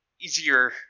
Easier